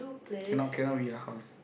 cannot cannot be your house